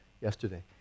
yesterday